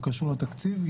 זה קשור לתקציב?